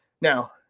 Now